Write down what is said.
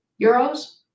euros